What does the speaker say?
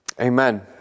amen